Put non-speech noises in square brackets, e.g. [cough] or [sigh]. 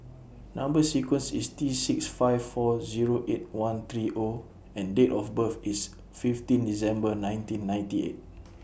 [noise] Number sequence IS T six five four Zero eight one three O and Date of birth IS fifteen December nineteen ninety eight [noise]